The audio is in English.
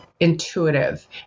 intuitive